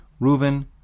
Reuven